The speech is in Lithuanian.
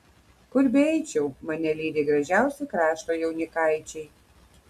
kur beeičiau mane lydi gražiausi krašto jaunikaičiai